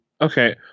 Okay